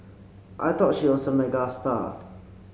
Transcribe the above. I thought she was a megastar